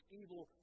evil